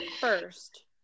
First